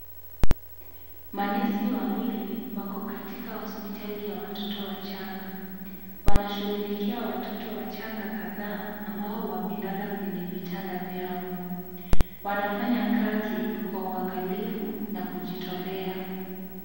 Manesi wawili wako katika hospitali ya watoto wachanga, wanashughulikia watoto wachanga kadhaa ambao wamelala kwenye vitanda vyao, wanafanya kazi kwa uangalifu na kujitolea.